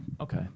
Okay